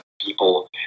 people